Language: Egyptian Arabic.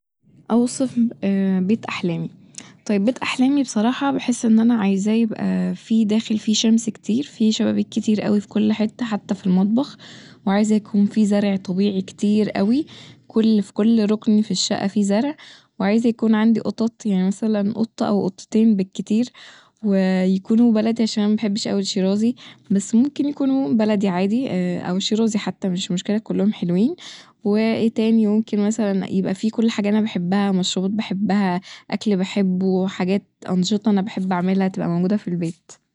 أوصف بيت أحلامي طيب بيت احلامي بصراحة بحس إن أنا عايزاه يبقى في داخل في شمس كتير ، في شبابيك كتيراوي ف كل حتة حتى ف المطبخ ، وعايزه يكون في زرع طبيعي كتير اوي كل ف كل ركن ف الشقة في زرع ، وعايزه يكون عندي قطط يعني مثلا قطة أو قطتين بالكتير ويكونو بلدي عشان انا مبحبش اوي الشيرازي بس ممكن يكونو بلدي عادي أو شيرازي حتى مش مشكلة كلهم حلوين وايه تاني ممكن مثلا يبقى في كل حاجة انا بحبها مشروبات بحبها أكل بحبه حاجات أنشطة أنا بحب أعملها تبقى موجودة ف البيت